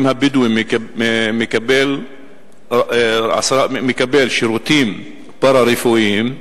הבדואים מקבלים שירותים פארה-רפואיים,